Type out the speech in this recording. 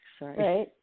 Right